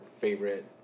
favorite